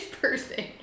person